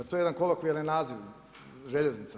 To je jedan kolokvijalni naziv željeznica.